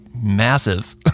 massive